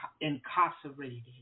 incarcerated